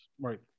Right